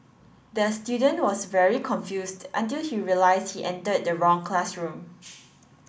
the student was very confused until he realised he entered the wrong classroom